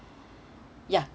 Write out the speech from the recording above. ya